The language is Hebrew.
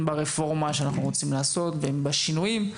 ברפורמה שאנחנו רוצים לעשות והן בשינויים,